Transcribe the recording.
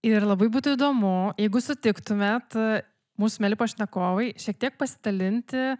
ir labai būtų įdomu jeigu sutiktumėt mūsų mieli pašnekovai šiek tiek pasidalinti